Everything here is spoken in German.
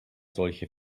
solche